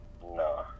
No